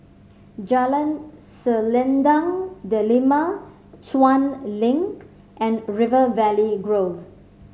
Jalan Selendang Delima Chuan Link and River Valley Grove